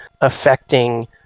affecting